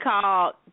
called